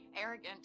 arrogant